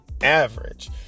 average